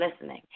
listening